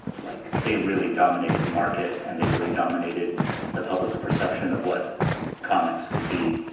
like they really dominated the market and they really dominated the public's perception of what comics could be.